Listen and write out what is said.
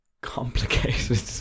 complicated